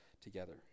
together